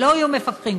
שלא יהיו מפקחים.